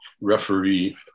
referee